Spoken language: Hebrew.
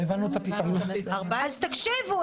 אז תקשיבו.